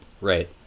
Right